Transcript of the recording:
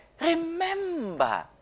Remember